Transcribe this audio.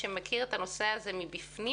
שמכיר את הנושא הזה מבפנים,